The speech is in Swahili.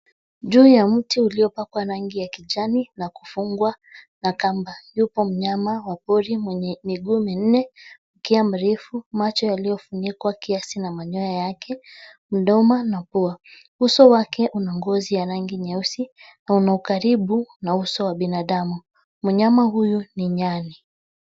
Juu ya mti uliopakwa rangi ya kijani na kufungwa na kamba yupo mnyama wa pori mwenye miguu minne, mkia mrefu, macho yaliyofunikwa kiasi na manyoya yake, mdomo na pua. uso wake una ngozi ya rangi nyeusi na una ukaribu na uso wa binadamu. Mnyama huyu ni nyani